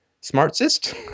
Smartest